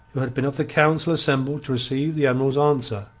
who had been of the council assembled to receive the admiral's answer.